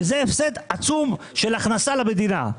וזהו הפסד עצום של הכנסה למדינה.